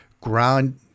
ground –